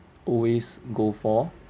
always go for